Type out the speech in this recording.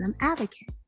advocate